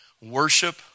Worship